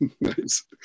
Nice